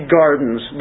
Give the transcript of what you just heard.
gardens